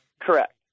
Correct